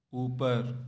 ऊपर